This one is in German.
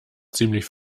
ziemlich